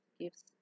gifts